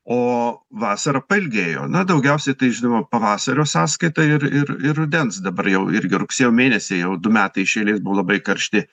o vasara pailgėjo na daugiausiai tai žinoma pavasario sąskaita ir ir ir rudens dabar jau irgi rugsėjo mėnesiai jau du metai iš eilės buvo labai karšti